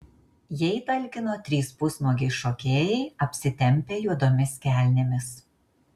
jai talkino trys pusnuogiai šokėjai apsitempę juodomis kelnėmis